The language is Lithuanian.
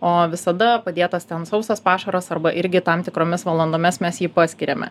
o visada padėtas ten sausas pašaras arba irgi tam tikromis valandomis mes jį paskiriame